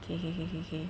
K K K K K